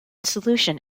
solution